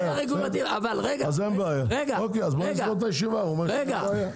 אז בואו נסגור את הישיבה, הוא אמר שאין בעיה.